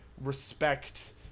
respect